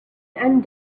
and